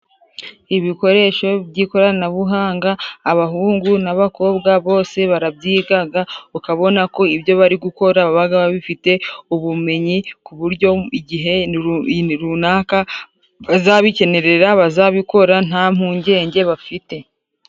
Ibikoresho by'ikoranabuhanga abahungu n'abakobwa bose barabyigaga, ukabona ko ibyo bari gukora babaga babifite ubumenyi, ku buryo igihe runaka bazabikenera bazabikora nta mpungenge bafite.